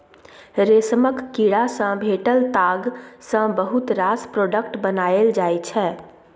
रेशमक कीड़ा सँ भेटल ताग सँ बहुत रास प्रोडक्ट बनाएल जाइ छै